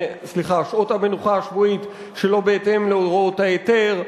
המנוחה השבועית שלא בהתאם להוראות ההיתר,